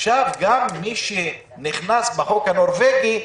עכשיו גם מי שנכנס בחוק הנורווגי,